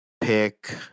pick